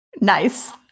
Nice